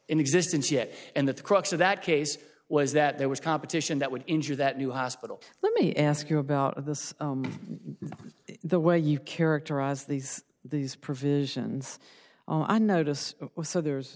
in existence yet and that the crux of that case was that there was competition that would injure that new hospital let me ask you about this the way you characterize these these provisions on notice so there's